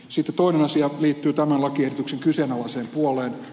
sitten toinen asia liittyy tämän lakiehdotuksen kyseenalaiseen puoleen